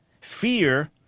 Fear